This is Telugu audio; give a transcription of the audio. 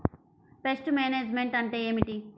పెస్ట్ మేనేజ్మెంట్ అంటే ఏమిటి?